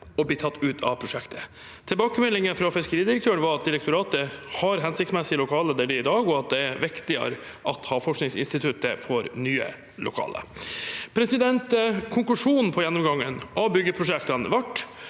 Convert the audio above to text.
å bli tatt ut av prosjektet. Tilbakemeldingen fra fiskeridirektøren var at direktoratet har hensiktsmessige lokaler der de er i dag, og at det er viktigere at Havforskningsinstituttet får nye lokaler. Konklusjonen på gjennomgangen av byggeprosjektene ble